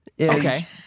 Okay